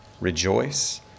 rejoice